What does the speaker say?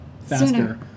faster